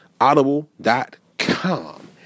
audible.com